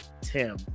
Tim